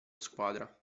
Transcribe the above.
squadra